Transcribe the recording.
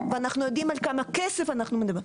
ואנחנו יודעים על כמה כסף אנחנו מדברים.